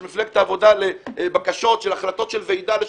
מפלגת העבודה לבקשות של החלטות של ועידה לשופט,